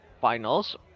finals